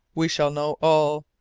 we shall know all.